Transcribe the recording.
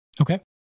Okay